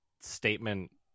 statement